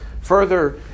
further